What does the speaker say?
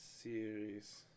series